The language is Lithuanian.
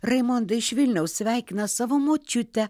raimonda iš vilniaus sveikina savo močiutę